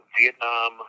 Vietnam